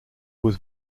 was